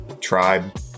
tribe